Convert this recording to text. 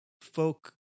folk